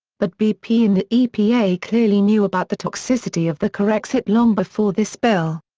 but bp and the epa clearly knew about the toxicity of the corexit long before this spill.